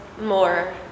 more